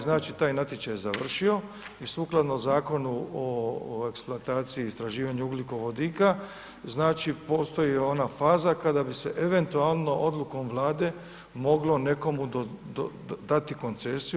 Znači, taj natječaj je završio i sukladno Zakonu o eksploataciji i istraživanju ugljikovodika znači postoji ona faza kada bi se eventualno odlukom Vlade moglo nekome dati u koncesiju.